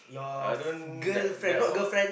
I don't that that what